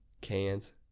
Cans